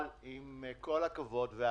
אבל, עם כל הכבוד והצער,